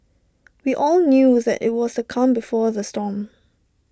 we all knew that IT was the calm before the storm